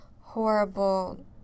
horrible